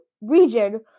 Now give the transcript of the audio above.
region